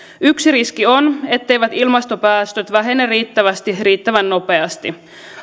yksi riski on etteivät ilmastopäästöt vähene riittävästi riittävän nopeasti